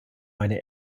eine